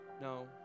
No